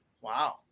Wow